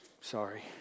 sorry